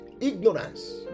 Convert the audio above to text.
Ignorance